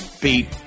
Beat